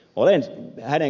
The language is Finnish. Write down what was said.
olen ed